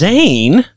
Zane